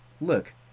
Look